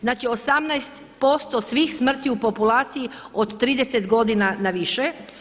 Znači 18% svih smrti u populaciji od 30 godina na više.